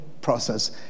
process